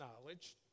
knowledge